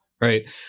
Right